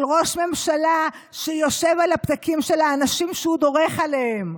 של ראש ממשלה שיושב על הפתקים של האנשים שהוא דורך עליהם,